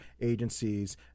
agencies